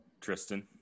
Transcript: Tristan